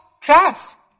dress